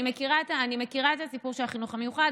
אני מכירה את הסיפור של החינוך המיוחד,